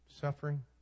suffering